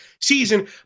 season